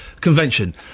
Convention